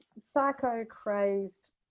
psycho-crazed